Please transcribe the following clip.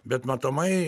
bet matomai